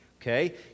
okay